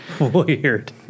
Weird